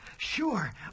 Sure